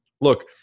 Look